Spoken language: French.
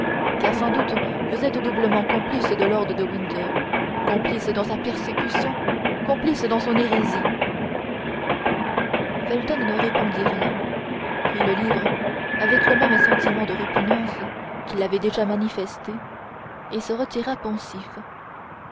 car sans doute vous êtes doublement complice de lord de winter complice dans sa persécution complice dans son hérésie felton ne répondit rien prit le livre avec le même sentiment de répugnance qu'il avait déjà manifesté et se retira pensif